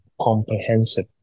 comprehensive